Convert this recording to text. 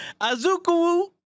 Azuku